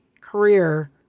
career